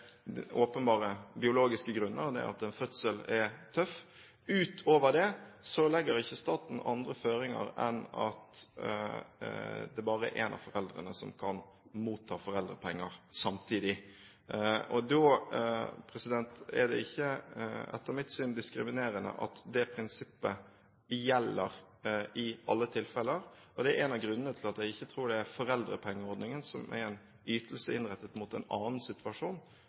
legger ikke staten andre føringer enn at det bare er én av foreldrene som kan motta foreldrepenger om gangen. Da er det ikke, etter mitt syn, diskriminerende at det prinsippet gjelder i alle tilfeller. Det er en av grunnene til at jeg ikke tror det er foreldrepengeordningen, som er en ytelse innrettet mot en annen situasjon,